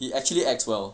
he actually acts well